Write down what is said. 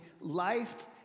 life